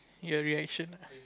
your reaction